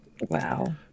Wow